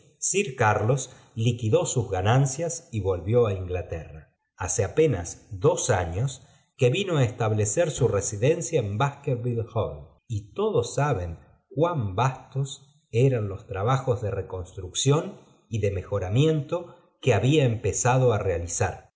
sir carlos liquidó sus ganancias y volvió á inglaterra hace apenas dos añoy que vino á establecer su residencia en basf skerville hall y todos saben cuán vastos eran los trabajos de reconstrucción y de mejoramiento que había empezado á realizar